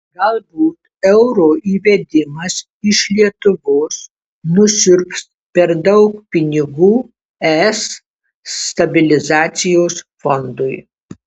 galbūt euro įvedimas iš lietuvos nusiurbs per daug pinigų es stabilizacijos fondui